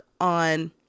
on